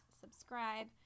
subscribe